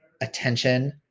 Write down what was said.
attention